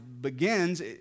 begins